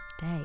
day